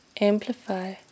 amplify